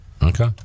Okay